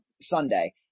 Sunday